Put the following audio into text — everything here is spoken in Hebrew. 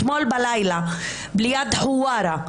אתמול בלילה ליד חווארה,